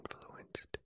influenced